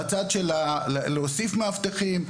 להוסיף מאבטחים,